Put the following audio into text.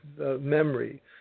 memory